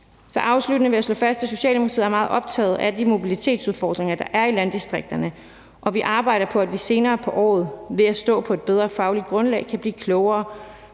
Afsluttende vil jeg slå fast, at Socialdemokratiet er meget optaget af de mobilitetsudfordringer, der er i landdistrikterne, og vi arbejder på, at vi senere på året ved at stå på et bedre fagligt grundlag kan blive klogere